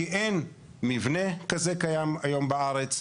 כי אין מבנה כזה שקיים היום בארץ,